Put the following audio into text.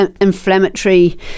inflammatory